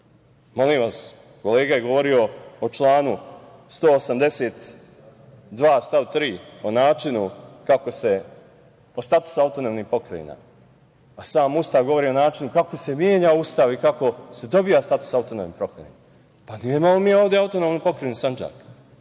takva. Molim vas, kolega je govorio o članu 182. stav 3. o načinu kako se, o statusu autonomnih pokrajina, a sam Ustav govorio o načinu kako se menja Ustav i kako se dobija status autonomne pokrajine. Nemamo mi ovde autonomnu pokrajinu Sandžak